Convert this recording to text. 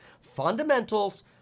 fundamentals